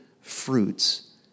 fruits